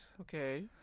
Okay